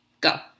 Go